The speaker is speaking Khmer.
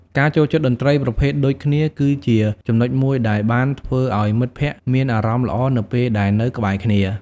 ការចូលចិត្តតន្ត្រីប្រភេទដូចគ្នាគឺជាចំណុចមួយដែលបានធ្វើឲ្យមិត្តភក្តិមានអារម្មណ៍ល្អនៅពេលដែលនៅក្បែរគ្នា។